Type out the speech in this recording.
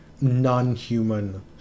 non-human